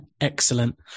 Excellent